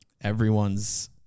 everyone's